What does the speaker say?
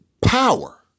Power